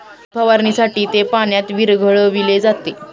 खत फवारणीसाठी ते पाण्यात विरघळविले जाते